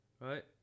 right